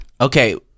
Okay